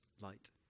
light